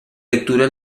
lectura